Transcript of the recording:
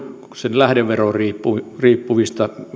lähdeveroon riippuvasta